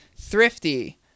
thrifty